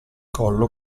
collo